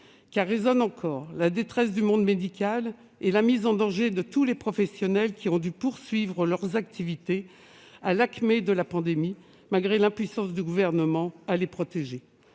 encore, en effet, la détresse du monde médical et la mise en danger de tous les professionnels qui ont dû poursuivre leurs activités à l'acmé de la pandémie, malgré l'impuissance du Gouvernement à les protéger.